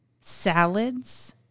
salads